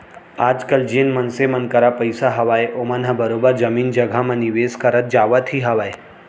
आजकल जेन मनसे मन करा पइसा हावय ओमन ह बरोबर जमीन जघा म निवेस करत जावत ही हावय